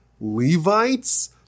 Levites